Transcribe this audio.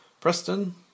Preston